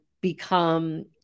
become